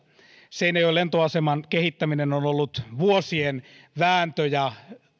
seinäjoen lentoaseman kehittäminen on ollut vuosien vääntö ja